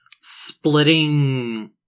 splitting